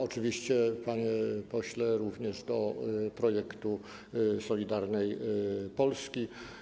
Oczywiście, panie pośle, również wobec projektu Solidarnej Polski.